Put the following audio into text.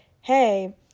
hey